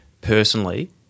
personally